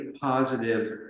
positive